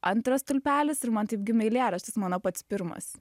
antras stulpelis ir man taip gimė eilėraštis mano pats pirmas